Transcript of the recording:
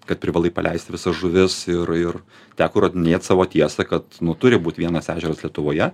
kad privalai paleisti visas žuvis ir ir teko įrodinėt savo tiesą kad turi būt vienas ežeras lietuvoje